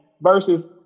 Versus